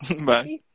Bye